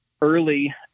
early